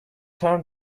turn